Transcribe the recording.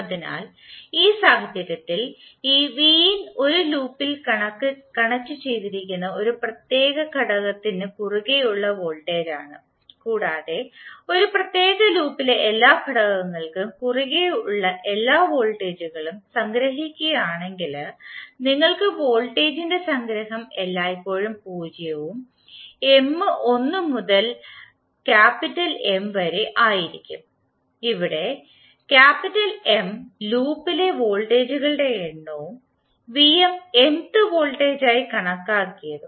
അതിനാൽ ഈ സാഹചര്യത്തിൽ ഈ Vm ഒരു ലൂപ്പിൽ കണക്റ്റുചെയ്തിരിക്കുന്ന ഒരു പ്രത്യേക ഘടകത്തിന് കുറുകെ ഉള്ള വോൾട്ടേജാണ് കൂടാതെ ഒരു പ്രത്യേക ലൂപ്പിലെ എല്ലാ ഘടകൾക്കും കുറുകെ ഉള്ള എല്ലാ വോൾട്ടേജുകളും സംഗ്രഹിക്കുകയാണെങ്കിൽ നിങ്ങൾക്ക് വോൾട്ടേജിന്റെ സംഗ്രഹം എല്ലായ്പ്പോഴും പൂജ്യവും m 1 മുതൽ M വരെ ആയിരിക്കും ഇവിടെ M ലൂപ്പിലെ വോൾട്ടേജുകളുടെ എണ്ണവും Vm mth വോൾട്ടേജായി കണക്കാക്കിയതും